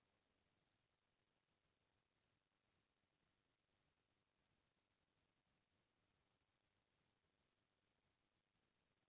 फसल ले म हमेसा जादा बड़का जर वाला फसल के संघरा म ननका जर वाला फसल लगाना चाही